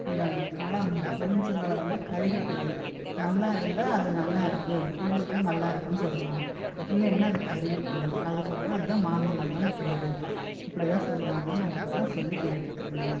இந்த பழம் எலும்ச்சம்பழம் வந்து கருகி போயிரும் நல்லா இருந்தா அது நல்லா இருக்கு குடும்பத்தில் நல்லா இருக்குன்னு சொல்லுவாங்க இல்லையின்னா அது கருகி போயிரும் அதுக்கப்புறோம் அது தான் மாந்திரீகனு பேர் இப்படி தான் சொல்லுவாங்க நான் இப்படி தான் சொல்லி கேட்டுருக்கறேங்க